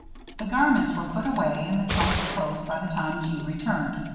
the garments were put away and the trunk closed by the time jeanne returned.